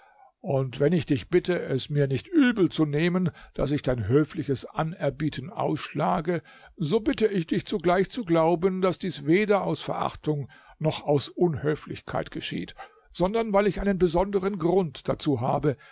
und wenn ich dich bitte es mir nicht übel zu nehmen daß ich dein höfliches anerbieten ausschlage so bitte ich dich zugleich zu glauben daß dies weder aus verachtung noch aus unhöflichkeit geschieht sondern weil ich einen besondern grund dazu habe